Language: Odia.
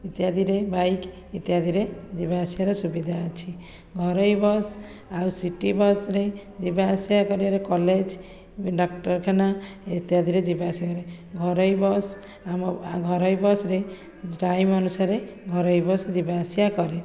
ଇତ୍ୟାଦିରେ ବାଇକ୍ ଇତ୍ୟାଦିରେ ଯିବା ଆସିବାର ସୁବିଧା ଅଛି ଘରୋଇ ବସ୍ ଆଉ ସିଟି ବସ୍ ରେ ଯିବା ଆସିବା କରିବାରେ କଲେଜ ଡାକ୍ତରଖାନା ଇତ୍ୟାଦିରେ ଯିବା ଆସିବା ଘରୋଇ ବସ୍ ଆମର ଘରୋଇ ବସ୍ ରେ ଟାଇମ୍ ଅନୁସାରେ ଘରୋଇ ବସ୍ ଯିବା ଆସିବା କରେ